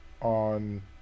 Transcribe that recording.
on